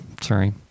sorry